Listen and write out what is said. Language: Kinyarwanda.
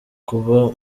kuba